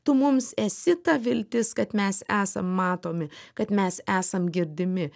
tu mums esi ta viltis kad mes esam matomi kad mes esam girdimi